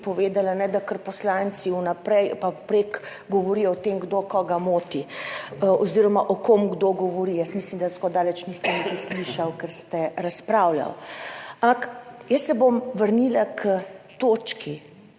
povedali, ne da, ker poslanci vnaprej govorijo o tem, kdo koga moti oziroma o kom kdo govori. Jaz mislim, da tako daleč niste niti slišal, ker ste razpravljali. Ampak jaz se bom vrnila k točki